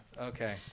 Okay